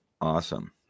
Awesome